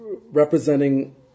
representing